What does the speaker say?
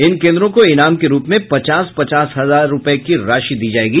इन केन्द्रों को ईनाम के रूप में पचास पचास हजार रूपये की राशि दी जायेगी